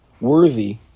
worthy